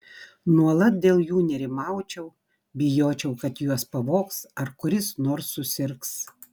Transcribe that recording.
nuolat dėl jų nerimaučiau bijočiau kad juos pavogs ar kuris nors susirgs